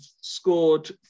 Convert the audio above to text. scored